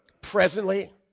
presently